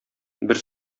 бер